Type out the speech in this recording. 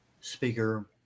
speaker